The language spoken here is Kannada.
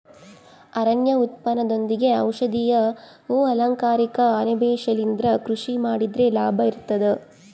ಅರಣ್ಯ ಉತ್ಪನ್ನದೊಂದಿಗೆ ಔಷಧೀಯ ಹೂ ಅಲಂಕಾರಿಕ ಅಣಬೆ ಶಿಲಿಂದ್ರ ಕೃಷಿ ಮಾಡಿದ್ರೆ ಲಾಭ ಇರ್ತದ